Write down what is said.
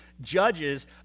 judges